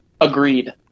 Agreed